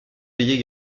payés